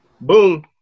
Boom